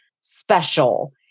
special